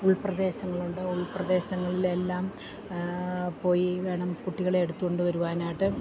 ഉൾപ്രദേശങ്ങളുണ്ട് ഉൾപ്രദേശങ്ങളിലെല്ലാം പോയി വേണം കുട്ടികളെ എടുത്തുകൊണ്ടുവരുവാനായിട്ട്